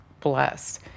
blessed